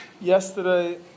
Yesterday